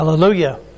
Hallelujah